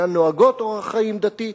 אינן נוהגות אורח חיים דתי.